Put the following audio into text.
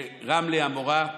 ברמלה המורה,